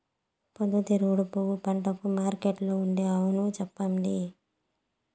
పొద్దుతిరుగుడు పంటకు మార్కెట్లో ఉండే అవును చెప్పండి?